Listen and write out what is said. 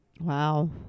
Wow